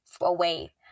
away